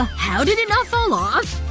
how did it not fall off?